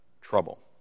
trouble